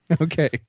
Okay